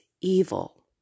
evil